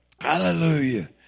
Hallelujah